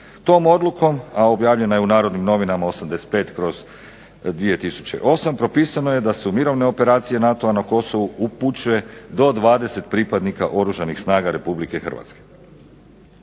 Tom odlukom, a objavljena je u "Narodnim novinama" 85/2008. propisano je da su mirovne operacije NATO-a na Kosovu upućuje do 20 pripadnika Oružanih snaga Republike Hrvatske.